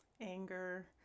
anger